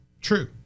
true